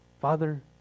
Father